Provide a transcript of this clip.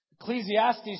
Ecclesiastes